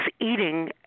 eating